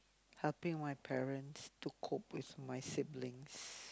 helping my parents to cook with my siblings